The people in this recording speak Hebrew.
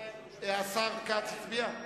השר כץ הצביע?